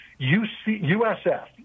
USF